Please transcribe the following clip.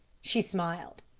she smiled.